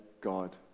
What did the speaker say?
God